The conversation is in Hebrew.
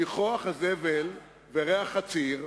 ניחוח הזבל וריח חציר,